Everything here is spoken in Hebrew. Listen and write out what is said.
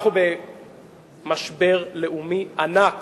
אנחנו במשבר לאומי ענק